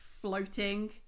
floating